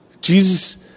Jesus